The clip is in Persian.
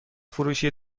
فروشی